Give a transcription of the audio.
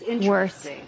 worse